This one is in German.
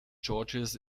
george’s